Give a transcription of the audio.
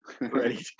ready